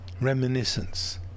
reminiscence